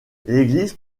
l’église